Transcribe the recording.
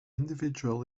individual